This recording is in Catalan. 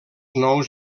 nous